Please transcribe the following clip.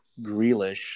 Grealish